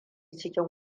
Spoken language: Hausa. cikin